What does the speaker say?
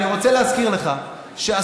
אני רוצה להזכיר לך שהסכמות,